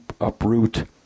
uproot